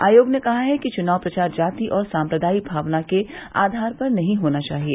आयोग ने कहा है कि चुनाव प्रचार जाति और सांप्रदायिक भावना के आधार पर नहीं होना चाहिए